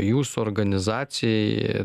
jūsų organizacijai